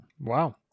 Wow